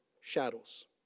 shadows